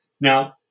Now